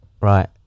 right